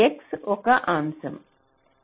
X ఒక అంశం